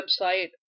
website